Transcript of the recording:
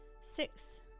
six